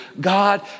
God